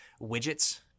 widgets